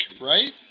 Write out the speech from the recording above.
right